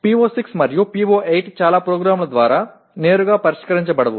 PO6 மற்றும் PO8 ஆகியவை பெரும்பாலான நிரல்களால் நேரடியாக விவரிக்கப்படவில்லை